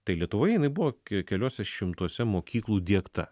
tai lietuvoje jinai buvo ke keliuose šimtuose mokyklų diegta